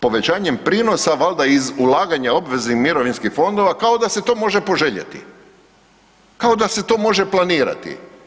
Povećanjem prinosa valjda iz ulaganja obveznih mirovinskih fondova kao da se to može poželjeti, kao da se to može planirati.